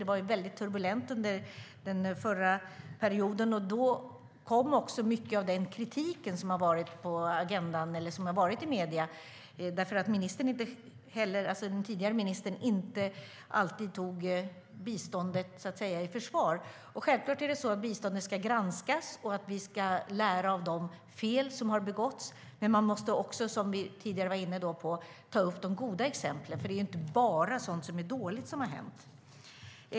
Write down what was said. Det var väldigt turbulent under den förra perioden. Då kom också mycket av den kritik som har varit i medierna. Den tidigare ministern tog nämligen inte alltid biståndet, så att säga, i försvar. Självklart ska biståndet granskas, och vi ska lära av de fel som har begåtts. Men man måste också, som vi tidigare var inne på, ta upp de goda exemplen. För det är inte bara sådant som är dåligt som har hänt.